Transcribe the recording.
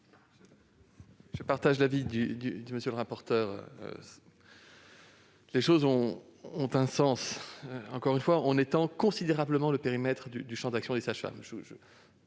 Je partage l'avis de M. le rapporteur. Les choses ont un sens. Encore une fois, on étend considérablement le périmètre du champ d'action des sages-femmes.